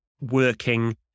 working